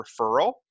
referral